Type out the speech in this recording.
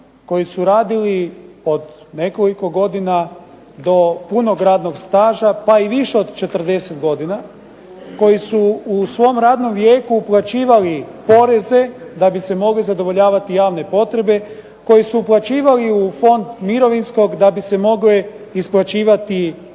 radili, radili od nekoliko godina do punog radnog staža pa i više od 40 godina, koji su u svom radnom vijeku uplaćivali poreze da bi se mogle zadovoljavati javne potrebe koje su uplaćivali u Fond mirovinskog da bi se mogle isplaćivati